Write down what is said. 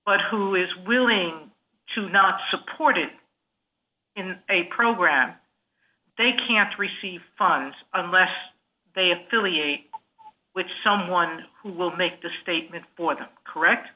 but who is willing to not support it in a program they can't receive funds unless they affiliate with someone who will make the statement for th